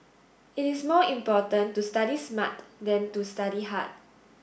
it is more important to study smart than to study hard